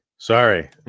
Sorry